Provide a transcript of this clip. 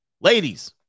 Ladies